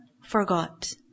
forgot